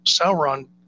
Sauron